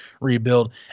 rebuild